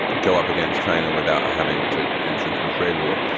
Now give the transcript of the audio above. go up against china without having to enter into a trade war.